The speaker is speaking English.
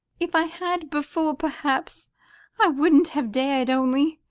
if i had before, perhaps i wouldn't have dared only,